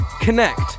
connect